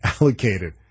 allocated